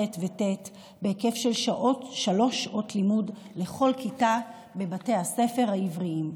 ח' וט' בהיקף של שלוש שעות לימוד בכל כיתה בבתי הספר העבריים.